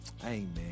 Amen